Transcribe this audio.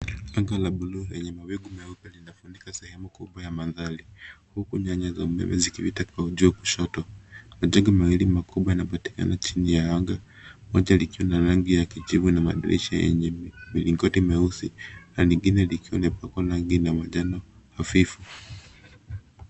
Anga ya bluu yenye mawingu meupe linafunika sehemu kubwa ya mandhari, huku nyaya za umeme zikipita juu kushoto. Majengo mawili makubwa yanapatikana chini ya anga, moja likiwa na rangi ya kijivu na madirisha yenye milingoti meusi na lingine likiwa limepakwa rangi la manjano hafifu.